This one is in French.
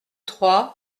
trois